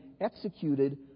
executed